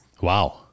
Wow